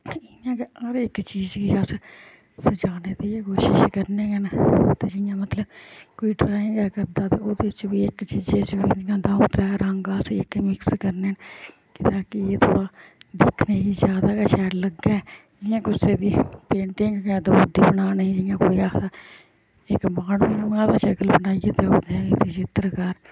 ते इ'यां गै हर एक चीज गी अस सजाने दी एह् कोशिश करने आं ते जियां मतलब कोई ड्राइंग गै करदा ते ओह्दे च बी इक चीजें च जियां द'ऊं त्रै रंग अस इक्कै मिक्स करने न ते ताकि एह् थोह्ड़ा दिक्खने गी ज्यादा शैल लग्गै जियां कुसै दी पेंटिंग गै दित्ती बनाने गी इ'यां कोई आखदा इक माह्नू शकल बनाइयै गै ओह्दे च चित्र करङन